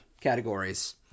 categories